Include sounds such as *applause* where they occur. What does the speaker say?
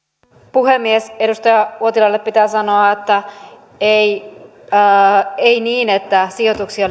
puhemies edustaja uotilalle pitää sanoa että ei ei niin että sijoituksia *unintelligible*